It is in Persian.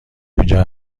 اینجا